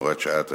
הוראת שעה),